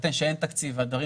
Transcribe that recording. בהינתן שאין תקציב והדברים